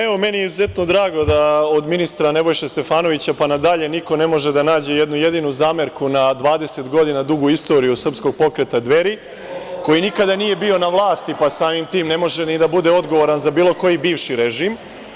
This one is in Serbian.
Evo, meni je izuzetno drago da, od ministra Nebojše Stefanovića pa nadalje, niko ne može da nađe ni jednu jedinu zamerku na 20 godina dugu istoriju Srpskog pokreta Dveri, koji nikada nije bio na vlasti, pa samim tim ne može ni da bude odgovoran za bilo koji bivši režim.